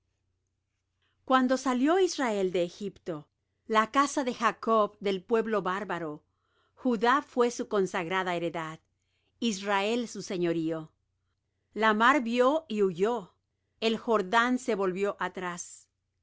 cuando salió israel de egipto la casa de jacob del pueblo bárbaro judá fué su consagrada heredad israel su señorío la mar vió y huyó el jordán se volvió atrás